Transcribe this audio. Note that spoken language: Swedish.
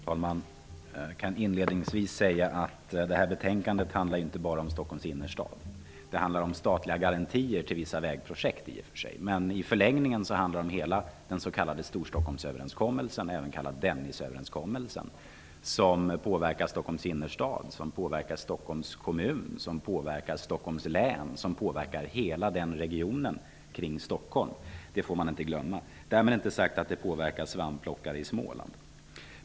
Herr talman! Jag kan inledningsvis säga att detta betänkande inte bara handlar om Stockholms innerstad. Det handlar om statliga garantier till vissa vägprojekt. Men i förlängningen handlar det även om hela den s.k. Överenskommelsen påverkar Stockholms innerstad, Stockholms kommun, Stockholms län och hela regionen kring Stockholm. Detta får man inte glömma. Därmed inte sagt att den påverkar svampplockare i Småland.